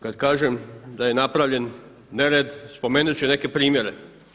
Kada kažem da je napravljen nered, spomenuti ću i neke primjere.